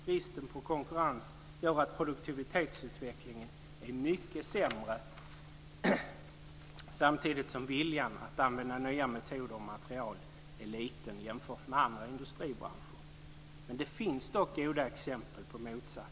Bristen på konkurrens gör att produktivitetsutvecklingen är mycket sämre samtidigt som viljan att använda nya metoder och material är liten jämfört med andra industribranscher. Det finns dock goda exempel på motsatsen.